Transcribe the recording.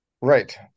Right